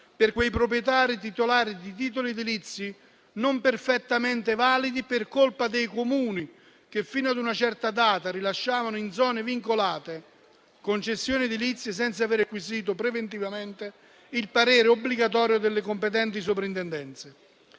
ai proprietari titolari di titoli edilizi non perfettamente validi per colpa dei Comuni, che, fino a una certa data, rilasciavano in zone vincolate concessioni edilizie senza aver acquisito preventivamente il parere obbligatorio delle competenti Sovrintendenze.